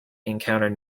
encountered